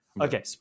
Okay